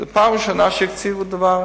זאת פעם ראשונה שהקציבו דבר.